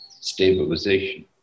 stabilization